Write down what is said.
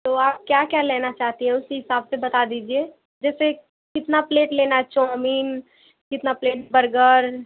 तो आप क्या क्या लेना चाहती हैं उसी हिसाब से बता दीजिए जैसे कितना प्लेट लेना है चोमिन कितना प्लेट बर्गर